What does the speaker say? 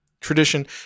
tradition